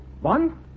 One